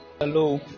hello